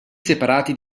separati